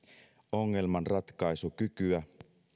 ongelmanratkaisukykyä